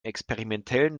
experimentellen